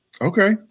Okay